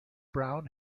brown